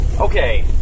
Okay